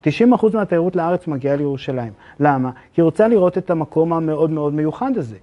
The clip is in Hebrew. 90% מהתיירות לארץ מגיעה לירושלים, למה? כי רוצה לראות את המקום המאוד מאוד מיוחד הזה.